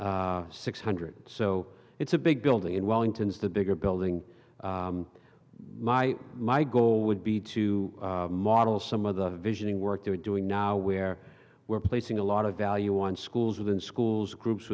t six hundred so it's a big building in wellington is the bigger building my my goal would be to model some of the visioning work they're doing now where we're placing a lot of value on schools within schools groups